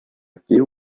few